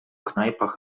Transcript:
knajpach